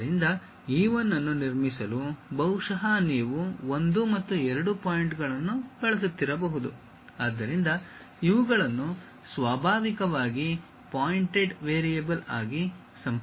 ಆದ್ದರಿಂದ E 1 ಅನ್ನು ನಿರ್ಮಿಸಲು ಬಹುಶಃ ನೀವು 1 ಮತ್ತು 2 ಪಾಯಿಂಟ್ಗಳನ್ನು ಬಳಸುತ್ತಿರಬಹುದು ಆದ್ದರಿಂದ ಇವುಗಳನ್ನು ಸ್ವಾಭಾವಿಕವಾಗಿ ಪಾಯಿಂಟೆಡ್ ವೇರಿಯೇಬಲ್ ಆಗಿ ಸಂಪರ್ಕಿಸಲಾಗಿದೆ